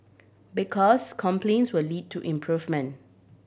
because complaints will lead to improvement